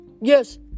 Yes